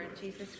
Jesus